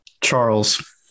Charles